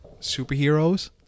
superheroes